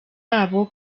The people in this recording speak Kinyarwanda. babo